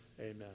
Amen